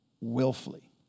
willfully